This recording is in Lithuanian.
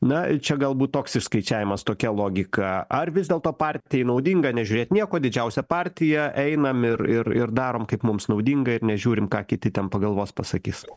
na čia galbūt toks išskaičiavimas tokia logika ar vis dėlto partijai naudinga nežiūrėt nieko didžiausia partija einam ir ir ir darom kaip mums naudinga ir nežiūrim ką kiti ten pagalvos pasakys